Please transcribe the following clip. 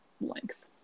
length